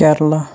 Kerala